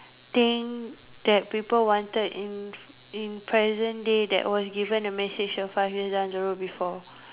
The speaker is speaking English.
thing that people wanted in in present day that was given a message of five years down the road before